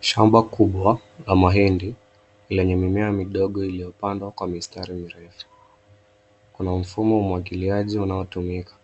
Shamba kubwa la mahindi, lenye mimea midogo iliyopandwa kwa mistari mirefu. Kuna mfumo wa umwagiliaji unaotumika,